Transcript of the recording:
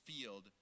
field